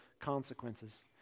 consequences